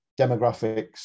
demographics